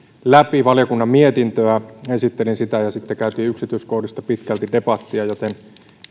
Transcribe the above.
läpi valiokunnan mietintöä esittelin sitä ja sitten käytiin yksityiskohdista pitkälti debattia joten